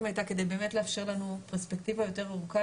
הייתה כדי באמת לאפשר לנו פרספקטיבה יותר ארוכה.